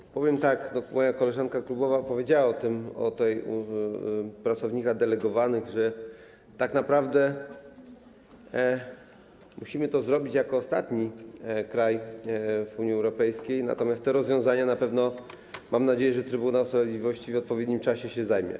I powiem tak: moja koleżanka klubowa powiedziała o sprawie tych pracowników delegowanych, że tak naprawdę musimy to zrobić jako ostatni kraj w Unii Europejskiej, natomiast tymi rozwiązaniami na pewno, mam taką nadzieję, Trybunał Sprawiedliwości w odpowiednim czasie się zajmie.